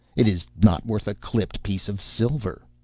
it is not worth a clipped piece of silver.